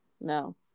No